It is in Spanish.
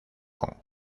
kong